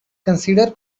consider